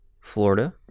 Florida